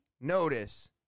notice